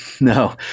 No